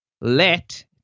let